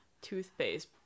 toothpaste